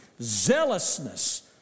zealousness